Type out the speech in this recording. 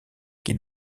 qui